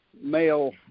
male